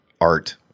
art